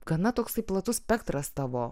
gana toksai platus spektras tavo